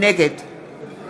נגד